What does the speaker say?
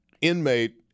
inmate